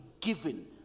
given